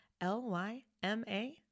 L-Y-M-A